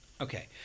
Okay